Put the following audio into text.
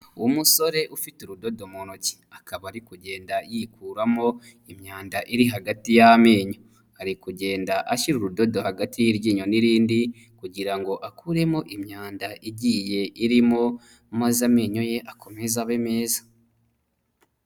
Umusore ufite urudodo mu ntoki, akaba ari kugenda yikuramo imyanda iri hagati y'amenyo, ari kugenda ashyira urudodo hagati y'iryinyo n'irindi kugira ngo akuremo imyanda igiye irimo, maze amenyo ye akomeze abe meza.